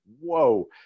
whoa